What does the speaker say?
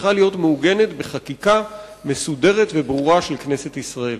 צריכה להיות מעוגנת בחקיקה מסודרת וברורה של כנסת ישראל.